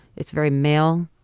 it's very male.